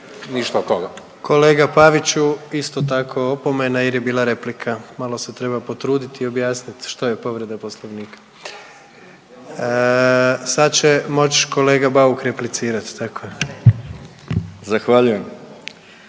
Gordan (HDZ)** Kolega Paviću isto tako opomena jer je bila replika. Malo se treba potrudit i objasnit što je povreda poslovnika. Sad će moć kolega Bauk replicirat, tako je.